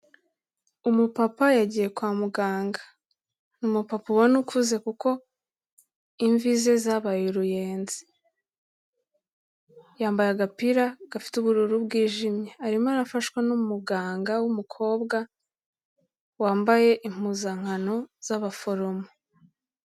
Umupapa yagiye kwa muganga, ni umupapa ubona ukuze kuko imvi ze zabaye uruyenzi, yambaye agapira gafite ubururu bwijimye, arimo arafashwa n'umuganga w'umukobwa wambaye impuzankano z'abaforomo.